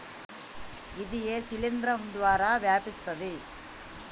ఇది ఏ శిలింద్రం ద్వారా వ్యాపిస్తది?